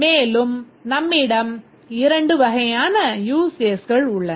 மேலும் நம்மிடம் இரண்டு வகையான use caseகள் உள்ளன